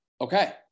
Okay